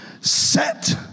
set